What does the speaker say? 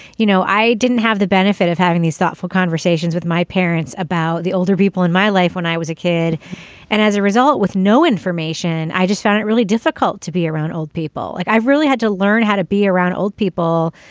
you know i didn't have the benefit of having these thoughtful conversations with my parents about the older people in my life when i was a kid and as a result with no information. i just find it really difficult to be around old people like i really had to learn how to be around old people.